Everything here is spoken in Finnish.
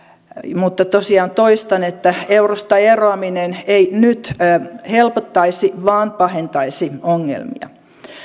mutta tosiaan toistan että eurosta eroaminen ei nyt helpottaisi vaan pahentaisi ongelmia